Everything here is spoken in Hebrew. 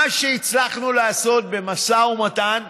מה שהצלחנו לעשות במשא ומתן,